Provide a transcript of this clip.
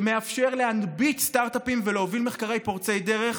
שמאפשר להנביט סטרטאפים ולהוביל מחקרים פורצי דרך,